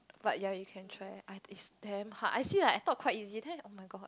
but ya you can try I it's damn hard I see like I thought quite easy then oh-my-god